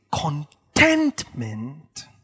contentment